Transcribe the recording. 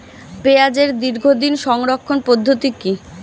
পেঁয়াজের দীর্ঘদিন সংরক্ষণ পদ্ধতি কি?